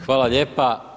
Hvala lijepa.